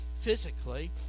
physically